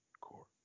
Court